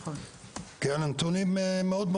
הנתונים מאוד,